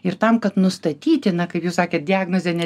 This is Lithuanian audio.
ir tam kad nustatyti na kaip jūs sakėt diagnozė ne